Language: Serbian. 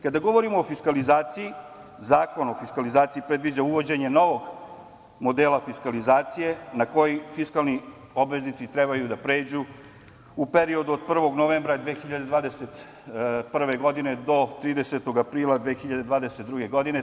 Kada govorimo o fiskalizaciji, Zakon o fiskalizaciji predviđa uvođenje novog modela fiskalizacije na koji fiskalni obveznici trebaju da pređu u periodu od 1. novembra 2021. godine do 30. aprila 2022. godine.